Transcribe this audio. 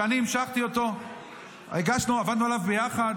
שאני המשכתי, עבדנו עליו ביחד,